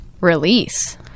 release